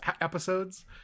episodes